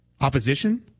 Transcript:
opposition